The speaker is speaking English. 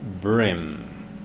brim